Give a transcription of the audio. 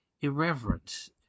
irreverence